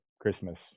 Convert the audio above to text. Christmas